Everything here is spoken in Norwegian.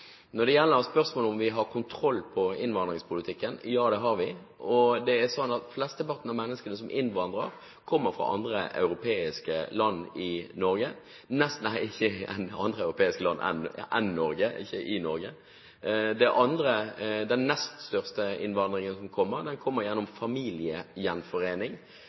Når det gjelder spørsmålet om vi har kontroll på innvandringspolitikken – ja, det har vi. Det er slik at flesteparten av menneskene som innvandrer til Norge, kommer fra andre europeiske land.